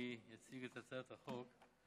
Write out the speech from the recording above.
לפני שאני אציג את הצעת החוק,